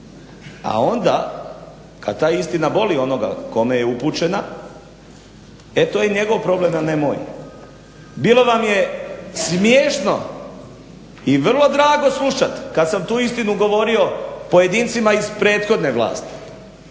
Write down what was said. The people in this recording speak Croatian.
a onda kada ta istina boli onoga kome je upućena, e to je njegov problem, a ne moj. Bilo vam je smiješno i vrlo drago slušati kada sam tu istinu govorio pojedincima iz prethodne vlasti,